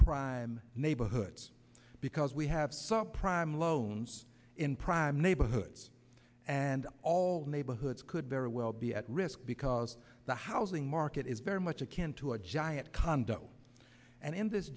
prime neighborhoods because we have sought prime loans in prime neighborhoods and all neighborhoods could very well be at risk because the housing market is very much akin to a giant condo and in this